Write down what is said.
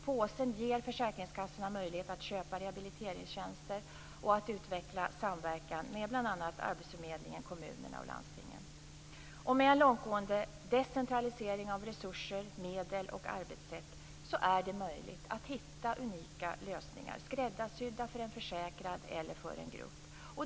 Påsen ger försäkringskassorna möjligheter att köpa rehabiliteringstjänster och utveckla samverkan med bl.a. arbetsförmedlingen, kommunerna och landstingen. Med en långtgående decentralisering av resurser, medel och arbetssätt är det möjligt att hitta unika lösningar, skräddarsydda för en försäkrad eller en grupp.